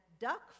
duck